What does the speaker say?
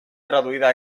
traduïda